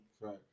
Right